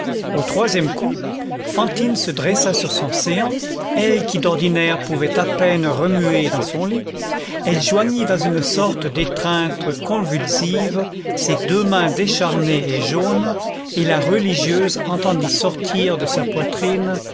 au troisième coup fantine se dressa sur son séant elle qui d'ordinaire pouvait à peine remuer dans son lit elle joignit dans une sorte d'étreinte convulsive ses deux mains décharnées et jaunes et la religieuse entendit sortir de sa poitrine